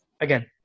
again